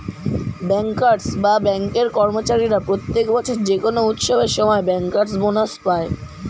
bankers বা ব্যাঙ্কের কর্মচারীরা প্রত্যেক বছর যে কোনো উৎসবের সময় ব্যাংকার্স বোনাস পায়